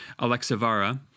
Alexavara